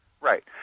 Right